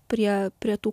prie prie tų